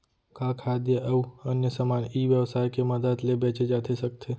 का खाद्य अऊ अन्य समान ई व्यवसाय के मदद ले बेचे जाथे सकथे?